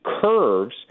curves